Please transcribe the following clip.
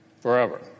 forever